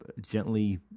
gently